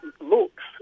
looks